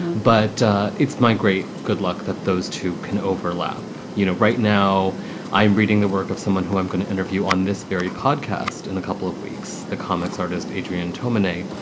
but it's my great good luck that those two can overlap. you know, right now i'm reading the work of someone who i'm going to interview on this very podcast in a couple of weeks. the comics artist, adrian dominie.